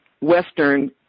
Western